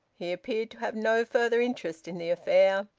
he appeared to have no further interest in the affair.